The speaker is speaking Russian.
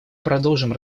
продолжим